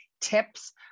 tips